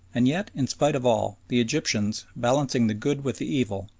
and yet, in spite of all, the egyptians, balancing the good with the evil,